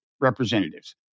representatives